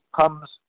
comes